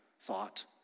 thought